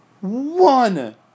One